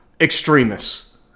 extremists